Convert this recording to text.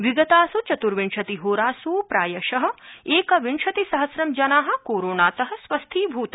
विगतास् चत्र्विशतिहोरास् प्रायश एकविंशतिसहस्रं जना कोरोनात स्वस्थीभूता